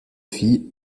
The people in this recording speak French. filles